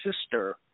sister –